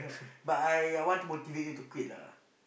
but I I want to motivate you to quit lah